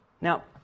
Now